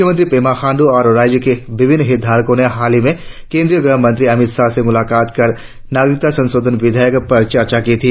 मुख्यमंत्री पेमा खांडू और राज्य के विभिन्न हितधारको ने हालही में केंद्रीय गृह मंत्री अमित शाह से मुलाकात कर नागरिकता संशोधन विधेयक पर चर्चा की थी